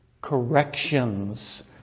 corrections